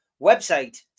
Website